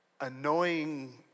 annoying